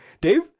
Dave